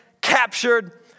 captured